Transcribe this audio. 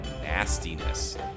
nastiness